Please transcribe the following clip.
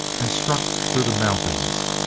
and struck through the mountains,